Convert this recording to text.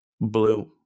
blue